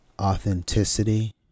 Authenticity